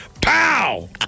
Pow